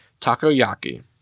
Takoyaki